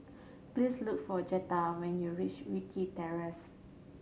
please look for Jetta when you reach Wilkie Terrace